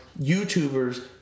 YouTubers